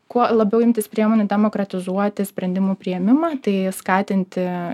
kuo labiau imtis priemonių demokratizuoti sprendimų priėmimą tai skatinti